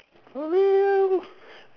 for real